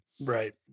Right